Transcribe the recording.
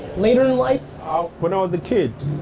later in life? ah when ah i was a kid,